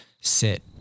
Sit